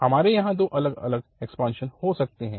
तो हमारे यहाँ दो अलग अलग एक्सपांशन हो सकते हैं